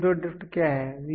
तो zero drift क्या है